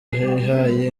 ihaye